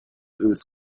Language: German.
öls